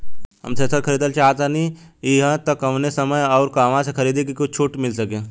हम थ्रेसर खरीदल चाहत हइं त कवने समय अउर कहवा से खरीदी की कुछ छूट मिल सके?